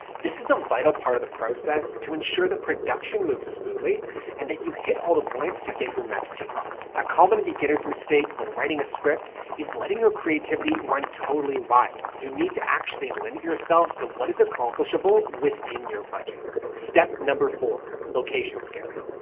this is a vital part of the process to ensure the production moves smoothly and that you hit all the points to get your message across. a common beginner's mistake when writing a script is letting your creativity run totally wild. you need to actually limit yourself to what is accomplishable within your budget. step number four. location scouting.